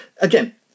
again